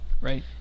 right